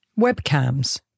webcams